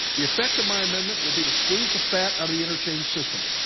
the effect of my amendment will be to squeeze the fat out of the interchange system.